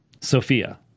sophia